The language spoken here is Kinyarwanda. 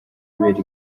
ibere